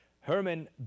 Herman